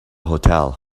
hotel